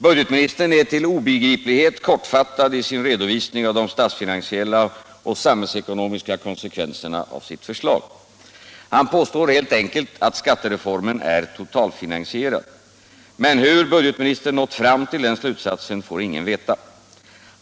Budgetministern är till obegriplighet kortfattad i sin redovisning av de statsfinansiella och samhällsekonomiska konsekvenserna av sitt förslag. Han påstår helt enkelt att skattereformen är totalfinansierad. Men hur budgetministern nått fram till den slutsatsen får ingen veta.